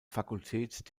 fakultät